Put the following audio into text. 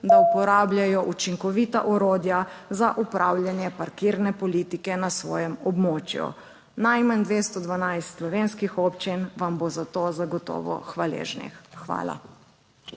da uporabljajo učinkovita orodja za upravljanje parkirne politike na svojem območju. Najmanj 212 slovenskih občin vam bo za to zagotovo hvaležnih. Hvala.